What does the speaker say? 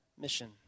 mission